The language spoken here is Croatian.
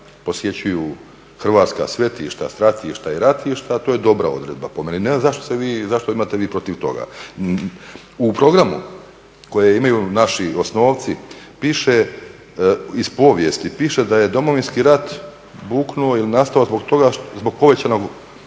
posjećuju hrvatska svetišta, stratišta i ratišta to je dobra odredba po meni. Ne znam zašto vi imate nešto protiv toga. U programu kojeg imaju naši osnovci piše iz povijesti piše da je Domovinski rat buknuo ili nastao zbog toga zbog povećanog